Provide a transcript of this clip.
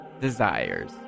desires